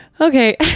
Okay